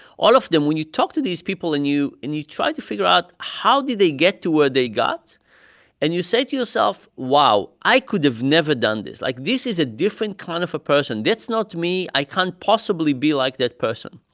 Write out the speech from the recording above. all of them, when you talk to these people and you and you try to figure out, how did they get to where they got and you say to yourself, wow, i could have never done this. like, this is a different kind of a person. that's not me. i can't possibly be like that person.